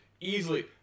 Easily